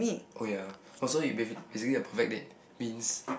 oh ya orh so it ba~ basically a perfect date means